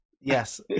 Yes